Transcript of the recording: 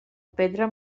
pedra